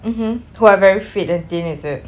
mmhmm who are very fit and thin is it